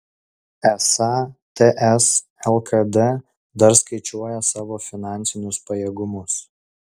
esą ts lkd dar skaičiuoja savo finansinius pajėgumus